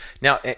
Now